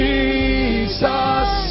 Jesus